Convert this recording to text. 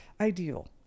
ideal